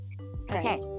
okay